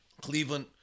Cleveland